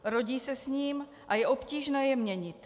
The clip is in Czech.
Rodí se s ním a je obtížně je měnit.